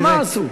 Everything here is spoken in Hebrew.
מה עשו?